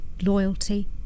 loyalty